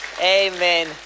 Amen